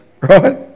right